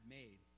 made